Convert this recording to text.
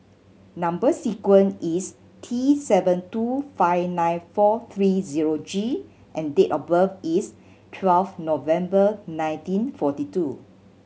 number sequence is T seven two five nine four three zero G and date of birth is twelve November nineteen forty two